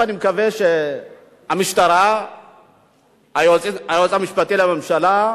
אני מקווה שהמשטרה, היועץ המשפטי לממשלה,